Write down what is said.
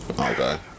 okay